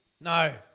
No